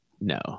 No